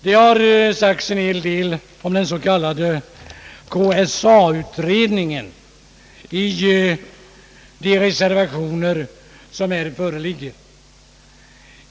Det har sagts en hel del om den s.k. KSA-utredningen i de reservationer som här föreligger.